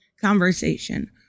conversation